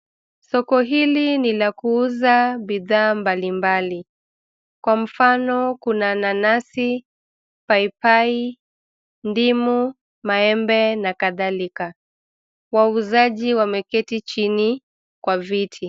Soko hili ni la kuuza bidhaa mbali mbali. Kwa mfano kuna: nanasi, paipai, ndimu, maembe na kadhalika. Wauzaji wameketi chini kwa viti.